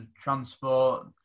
transport